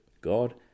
God